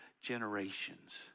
generations